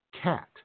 cat